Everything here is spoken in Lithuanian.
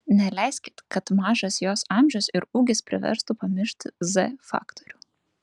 neleiskit kad mažas jos amžius ir ūgis priverstų pamiršti z faktorių